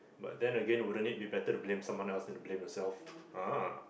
but then again wouldn't it be better to blame someone else then to blame yourself ah